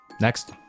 Next